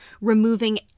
removing